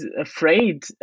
afraid